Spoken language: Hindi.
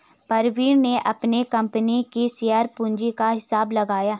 प्रवीण ने अपनी कंपनी की शेयर पूंजी का हिसाब लगाया